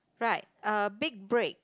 right uh big break